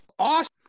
Awesome